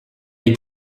est